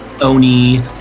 Oni